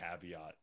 caveat